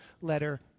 letter